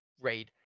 raid